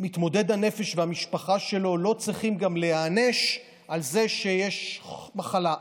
מתמודד הנפש והמשפחה שלו לא צריכים גם להיענש על זה שיש מחלה.